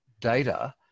data